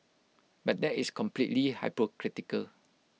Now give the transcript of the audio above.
but that is completely hypocritical